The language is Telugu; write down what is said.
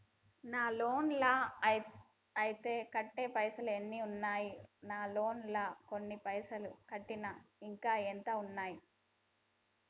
నా లోన్ లా అత్తే కట్టే పైసల్ ఎన్ని ఉన్నాయి నా లోన్ లా కొన్ని పైసల్ కట్టిన ఇంకా ఎంత ఉన్నాయి?